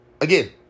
Again